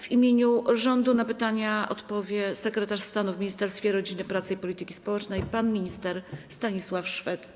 W imieniu rządu na pytania odpowie sekretarz stanu w Ministerstwie Rodziny, Pracy i Polityki Społecznej pan minister Stanisław Szwed.